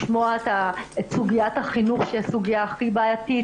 לשמוע את סוגיית החינוך שהיא הסוגיה הכי בעייתית,